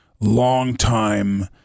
long-time –